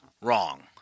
wrong